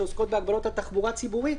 שעוסקות בהגבלות על תחבורה ציבורית,